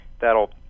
that'll